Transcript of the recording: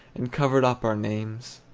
and covered up our names.